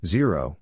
Zero